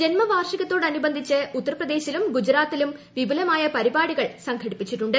ജന്മവാർഷികത്തോടനുബന്ധ്രിച്ച് ഉത്തർപ്രദേശിലും ഗുജറാത്തിലും വിപുലമായ പരിപാടിക്കൾ സ്ംഘടിപ്പിച്ചിട്ടുണ്ട്